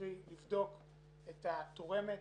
לבדוק את התורמת,